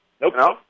Nope